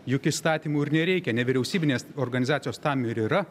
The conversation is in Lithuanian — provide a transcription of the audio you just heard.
juk įstatymu ir nereikia nevyriausybinės organizacijos tam ir yra